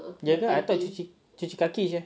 ya lah I thought cuci cuci kaki jer